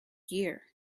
year